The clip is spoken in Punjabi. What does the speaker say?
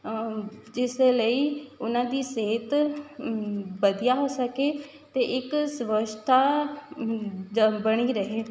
ਜਿਸ ਲਈ ਉਹਨਾਂ ਦੀ ਸਿਹਤ ਵਧੀਆ ਹੋ ਸਕੇ ਅਤੇ ਇੱਕ ਸਵੱਛਤਾ ਬਣੀ ਰਹੇ